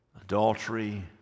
adultery